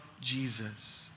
Jesus